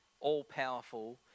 all-powerful